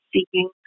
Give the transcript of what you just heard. seeking